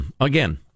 Again